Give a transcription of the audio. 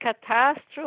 catastrophe